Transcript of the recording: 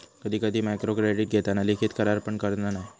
कधी कधी मायक्रोक्रेडीट घेताना लिखित करार पण करना नाय